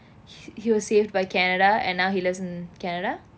he was saved by canada and now he lives in canada